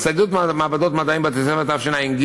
הצטיידות מעבדות מדעים בבתי-ספר בתשע"ג,